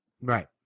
Right